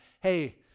hey